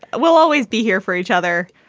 we'll always be here for each other,